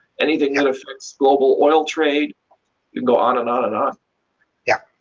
anything in affects global oil trade go on and on and on. yeah